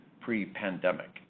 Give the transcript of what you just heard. pre-pandemic